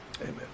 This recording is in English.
amen